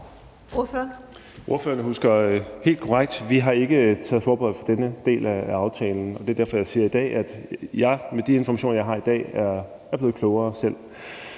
Ordføreren husker helt korrekt. Vi har ikke taget forbehold for denne del af aftalen, og det er derfor, jeg siger, at jeg med de informationer, jeg har i dag, selv er blevet klogere.